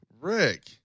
rick